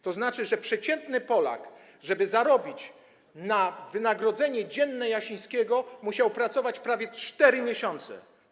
To oznacza, że przeciętny Polak, żeby zarobić na wynagrodzenie dzienne Jasińskiego musiał pracować prawie 4 miesiące.